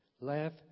Laugh